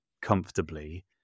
comfortably